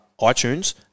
iTunes